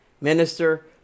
Minister